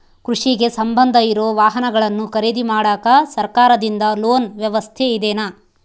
ಕೃಷಿಗೆ ಸಂಬಂಧ ಇರೊ ವಾಹನಗಳನ್ನು ಖರೇದಿ ಮಾಡಾಕ ಸರಕಾರದಿಂದ ಲೋನ್ ವ್ಯವಸ್ಥೆ ಇದೆನಾ?